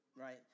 right